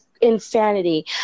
insanity